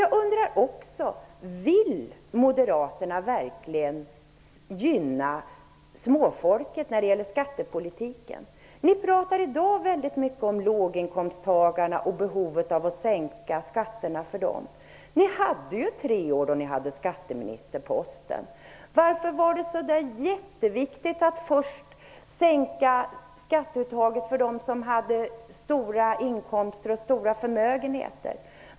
Jag undrar också: Vill Moderaterna verkligen gynna småfolket när det gäller skattepolitiken? Ni talar i dag väldigt mycket om låginkomsttagarna och behovet av att sänka skatterna för dem. Ni hade under tre år skatteministerposten. Varför var det så jätteviktigt att först sänka skatteuttaget för dem som hade stora inkomster och stora förmögenheter?